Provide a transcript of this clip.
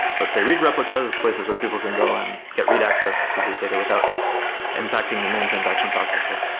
let's say, read replicas, places where people can go and get read access to the data without impacting the main transaction processor,